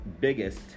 biggest